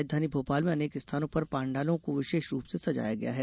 राजधानी भोपाल में अनेक स्थानों पर पांडालों को विशेष रूप से सजाया गया है